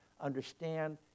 understand